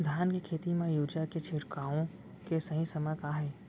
धान के खेती मा यूरिया के छिड़काओ के सही समय का हे?